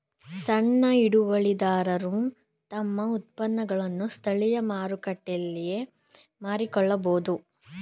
ಸಣ್ಣ ಹಿಡುವಳಿದಾರರು ತಮ್ಮ ಉತ್ಪನ್ನಗಳನ್ನು ಸ್ಥಳೀಯ ಮಾರುಕಟ್ಟೆಯಲ್ಲಿಯೇ ಮಾರಿಕೊಳ್ಳಬೋದು